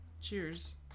Cheers